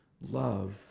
love